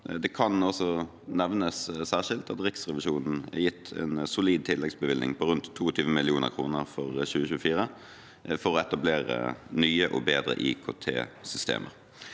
Det kan også nevnes særskilt at Riksrevisjonen er gitt en solid tilleggsbevilgning på rundt 22 mill. kr for 2024 for å etablere nye og bedre IKTsystemer.